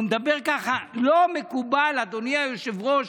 הוא מדבר ככה, לא מקובל, אדוני היושב-ראש.